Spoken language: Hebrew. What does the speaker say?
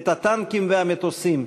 את הטנקים והמטוסים,